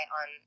on